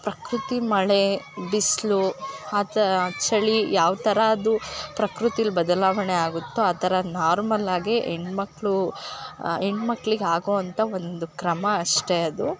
ಪ್ರಕೃತಿ ಮಳೆ ಬಿಸಿಲು ಆತ ಆ ಚಳಿ ಯಾವ್ತರ ಅದು ಪ್ರಕೃತಿಲಿ ಬದಲಾವಣೆ ಆಗುತ್ತೋ ಆ ಥರ ನಾರ್ಮಲ್ ಆಗಿ ಹೆಣ್ ಮಕ್ಕಳು ಹೆಣ್ ಮಕ್ಕಳಿಗ್ ಆಗೋವಂಥ ಒಂದು ಕ್ರಮ ಅಷ್ಟೇ ಅದು